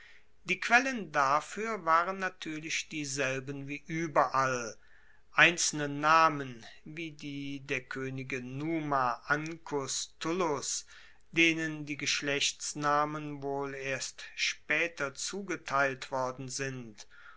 die quellen dafuer waren natuerlich dieselben wie ueberall einzelne namen wie die der koenige numa ancus tullus denen die geschlechtsnamen wohl erst spaeter zugeteilt worden sind